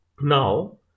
Now